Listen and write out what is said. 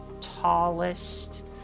tallest